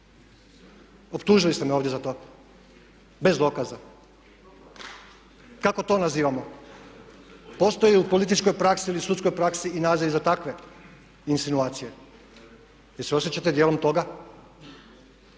Optužili ste me ovdje za to bez dokaza. Kako to nazivamo? Postoji li u političkoj praksi ili u sudskoj praksi i naziv za takve insinuacije? Jel' se osjećate dijelom toga?